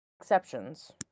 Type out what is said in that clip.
exceptions